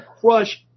crush